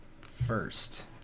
first